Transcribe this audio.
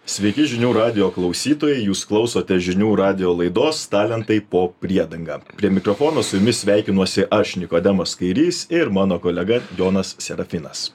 sveiki žinių radijo klausytojai jūs klausote žinių radijo laidos talentai po priedanga prie mikrofono su jumis sveikinuosi aš nikodemas kairys ir mano kolega jonas serapinas